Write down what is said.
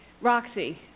Roxy